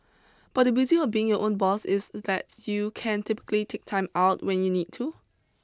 but the beauty of being your own boss is that you can typically take time out when you need to